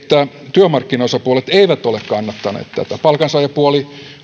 työmarkkinaosapuolet eivät ole kannattaneet tätä palkansaajapuoli